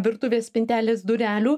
virtuvės spintelės durelių